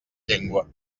llengua